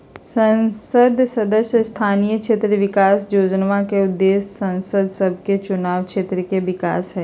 संसद सदस्य स्थानीय क्षेत्र विकास जोजना के उद्देश्य सांसद सभके चुनाव क्षेत्र के विकास हइ